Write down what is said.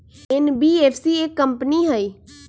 NBFC एक company हई?